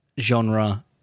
genre